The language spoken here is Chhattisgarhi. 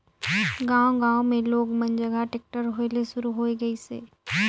गांव गांव मे लोग मन जघा टेक्टर होय ले सुरू होये गइसे